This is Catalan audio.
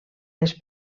les